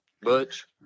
Butch